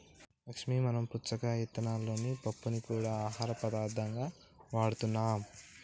లక్ష్మీ మనం పుచ్చకాయ ఇత్తనాలలోని పప్పుని గూడా ఆహార పదార్థంగా వాడుతున్నాం